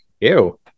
ew